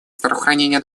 здравоохранения